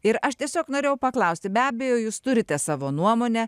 ir aš tiesiog norėjau paklausti be abejo jūs turite savo nuomonę